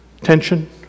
tension